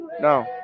No